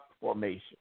formation